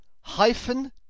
hyphen